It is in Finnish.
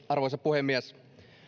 arvoisa puhemies